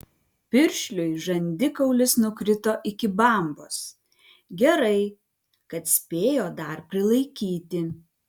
piršliui žandikaulis nukrito iki bambos gerai kad spėjo dar prilaikyti